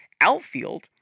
outfield